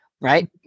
right